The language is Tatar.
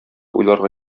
уйларга